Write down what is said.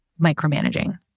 micromanaging